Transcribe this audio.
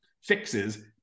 fixes